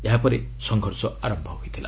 ଏହାପରେ ସଂଘର୍ଷ ଆରମ୍ଭ ହୋଇଥିଲା